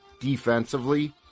defensively